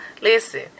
Listen